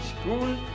school